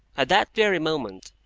at that very moment,